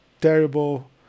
terrible